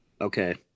Okay